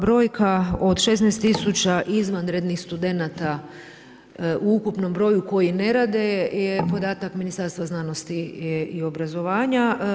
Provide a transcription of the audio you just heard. Brojka od 16 000 izvanrednih studenata u ukupnom broju koji ne rade je podatak Ministarstva znanosti i obrazovanja.